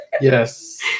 Yes